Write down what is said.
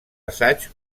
assaig